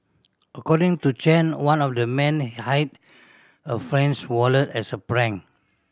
according to Chen one of the men hid a friend's wallet as a prank